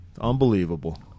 Unbelievable